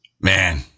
Man